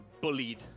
bullied